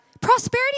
Prosperity